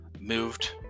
moved